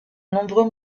nombreux